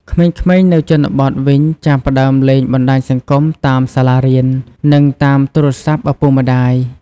ក្មេងៗនៅជនបទវិញចាប់ផ្ដើមលេងបណ្ដាញសង្គមតាមសាលារៀន និងតាមទូរស័ព្ទឪពុកម្តាយ។